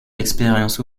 l’expérience